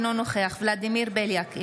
אינו נוכח ולדימיר בליאק,